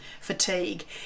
fatigue